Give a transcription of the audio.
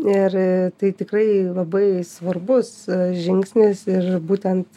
ir tai tikrai labai svarbus žingsnis ir būtent